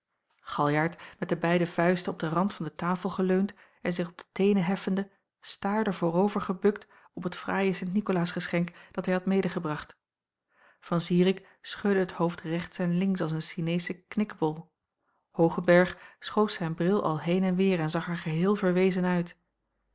galjart met de beide vuisten op den rand van de tafel geleund en zich op de teenen heffende staarde voorover gebukt op het fraaie st nikolaasgeschenk dat hij had medegebracht van zirik schudde het hoofd rechts en links als een sineesche knikkebol hoogenberg schoof zijn bril al heen en weêr en zag er geheel verwezen uit